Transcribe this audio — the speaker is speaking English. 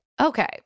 Okay